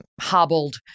hobbled